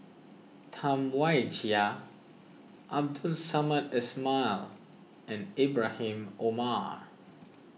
Tam Wai Jia Abdul Samad Ismail and Ibrahim Omar